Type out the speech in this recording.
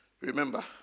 remember